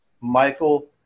Michael